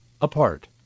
apart